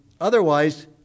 otherwise